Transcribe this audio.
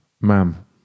Ma'am